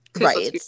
Right